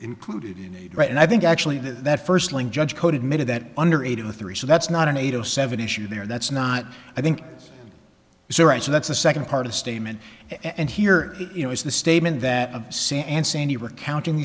included in a right and i think actually that that first link judge code admitted that under eight of the three so that's not an eight o seven issue there that's not i think so right so that's the second part of statement and here you know is the statement that of sam and sandy recounting